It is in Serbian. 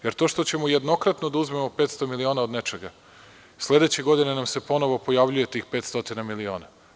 Jer to što ćemo jednokratno da uzmemo 500 miliona od nečega, sledeće godine nam se ponovo pojavljuje tih 500 miliona.